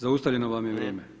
Zaustavljeno vam je vrijeme.